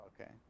Okay